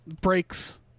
breaks